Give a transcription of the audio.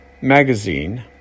Magazine